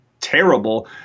terrible